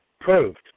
proved